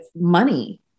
money